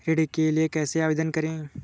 ऋण के लिए कैसे आवेदन करें?